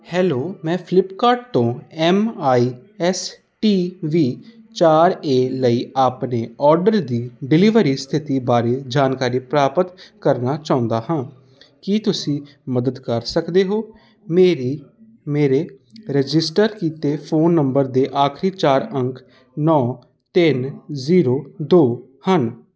hello ਮੈਂ Flipkart ਤੋਂ M I S T V ਚਾਰ ਏ ਲਈ ਆਪਣੇ ਔਰਡਰ ਦੀ ਡਿਲੀਵਰੀ ਸਥਿਤੀ ਬਾਰੇ ਜਾਣਕਾਰੀ ਪ੍ਰਾਪਤ ਕਰਨਾ ਚਾਹੁੰਦੀ ਹਾਂ ਕੀ ਤੁਸੀਂ ਮਦਦ ਕਰ ਸਕਦੇ ਹੋ ਮੇਰੇ ਮੇਰੇ ਰਜਿਸਟਰ ਕੀਤੇ ਫ਼ੋਨ ਨੰਬਰ ਦੇ ਆਖਰੀ ਚਾਰ ਅੰਕ ਨੌਂ ਤਿੰਨ ਜ਼ੀਰੋ ਦੋ ਹਨ